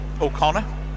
O'Connor